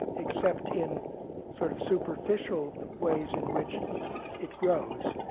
except in sort of superficial ways in which it grows.